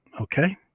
okay